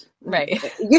right